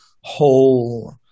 whole